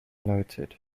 noted